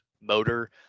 motor